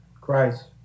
Christ